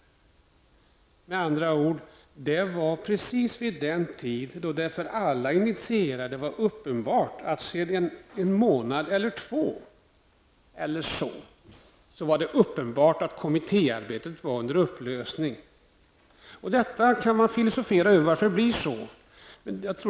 Med andra ord var det precis vid den tid då det för alla initierade var uppenbart att sedan en månad eller två var kommittéarbetet under upplösning. Det går att filosofera över varför det blev så.